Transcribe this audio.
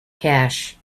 cash